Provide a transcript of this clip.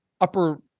upper